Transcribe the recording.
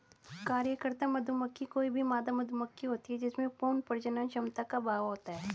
कार्यकर्ता मधुमक्खी कोई भी मादा मधुमक्खी होती है जिसमें पूर्ण प्रजनन क्षमता का अभाव होता है